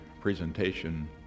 presentation